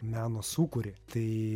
meno sūkurį tai